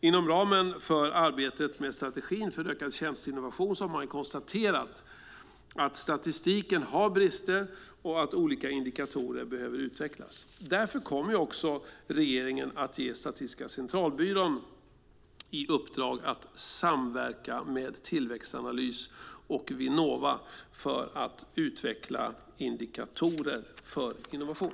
Inom ramen för arbetet med strategin för en ökad tjänsteinnovation har man konstaterat att statistiken har brister och att olika indikatorer behöver utvecklas. Därför kommer också regeringen att ge Statistiska centralbyrån i uppdrag att samverka med Tillväxtanalys och Vinnova för att utveckla indikatorer för innovation.